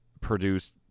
produced